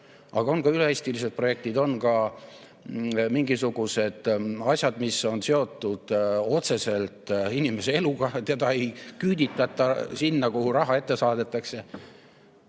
on ka üle-eestilised projektid, on ka mingisugused asjad, mis on seotud otseselt inimese eluga – teda ei küüditata sinna, kuhu raha ette saadetakse